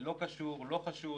לא קשור, לא חשוד